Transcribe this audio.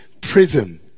prison